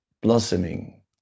blossoming